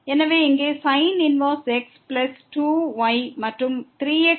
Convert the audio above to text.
எனவே இங்கே sin 1x plus 2 y மற்றும் 3 x பிளஸ் 6 y